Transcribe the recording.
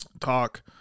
talk